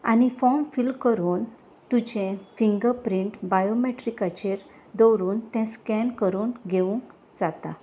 आनी form fill करून तुजें फिंगर प्रिंट बायोमॅट्रिकाचेर दवरून तें स्कॅन करून घेवूंक जाता